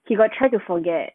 she got try to forget